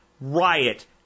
riot